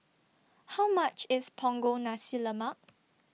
How much IS Punggol Nasi Lemak